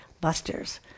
busters